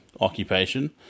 occupation